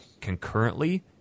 concurrently